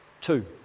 two